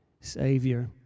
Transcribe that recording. Savior